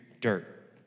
dirt